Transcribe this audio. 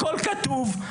הכל כתוב.